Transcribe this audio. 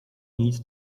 nic